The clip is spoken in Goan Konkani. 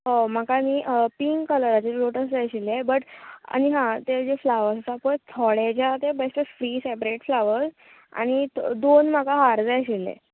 हय म्हाका न्ही पींक कलराचे लोटस जाय आशिल्ले बट आनी आ ते जे फ्लावर्स आसा पय थोडे जे आसा ते बेश्टे फ्री सेपरेट फ्लावर्स आनी दोन म्हाका हार जाय आशिल्ले